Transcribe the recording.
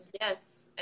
yes